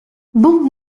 bon